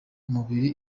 mubiri